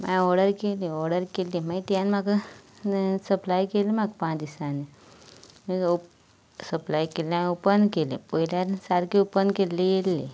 हांये ऑर्डर केली ऑर्डर केली मागी तेमी म्हाका सप्लाय केली म्हाका पांच दिसांनी सप्लाय केली ओपन केली पयल्यार सारकी ओपन केल्ली एक